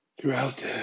throughout